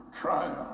triumph